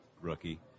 rookie